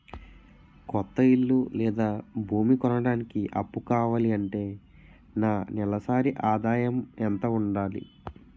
కొత్త ఇల్లు లేదా భూమి కొనడానికి అప్పు కావాలి అంటే నా నెలసరి ఆదాయం ఎంత ఉండాలి?